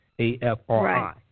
A-F-R-I